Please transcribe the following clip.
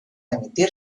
emitir